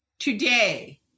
today